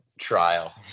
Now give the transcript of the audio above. trial